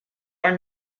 are